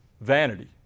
Vanity